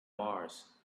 mars